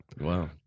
Wow